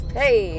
hey